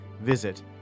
Visit